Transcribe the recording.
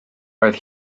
roedd